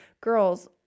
girls